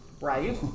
Right